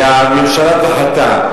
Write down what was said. והממשלה דחתה.